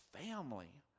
family